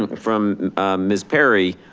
from miss perry,